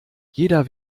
jeder